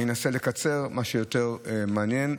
אני אנסה לקצר למה שיותר מעניין,